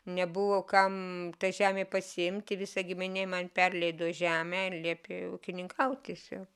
nebuvo kam ta žemė pasiimti visa giminė man perleido žemę ir liepė ūkininkaut tiesiog